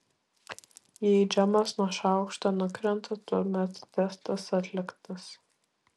jei džemas nuo šaukšto nukrenta tuomet testas atliktas